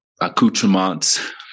accoutrements